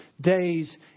days